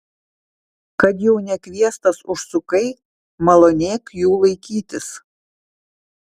kad jau nekviestas užsukai malonėk jų laikytis